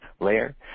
layer